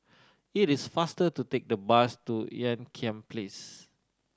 it is faster to take the bus to Ean Kiam Place